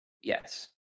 Yes